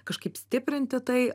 kažkaip stiprinti tai